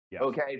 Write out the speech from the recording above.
Okay